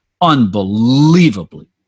unbelievably